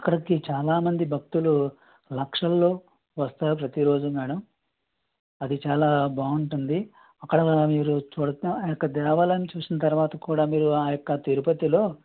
అక్కడకి చాలా మంది భక్తులు లక్షల్లో వస్తారు ప్రతీ రోజు మేడమ్ అది చాలా బాగుంటుంది అక్కడ మీరు తర్వాత ఆ యొక్క దేవాలయం చూసిన తర్వాత కూడా మీరు ఆ యొక్క తిరుపతిలో